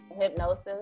Hypnosis